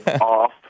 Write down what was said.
off